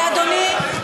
אדוני,